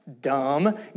dumb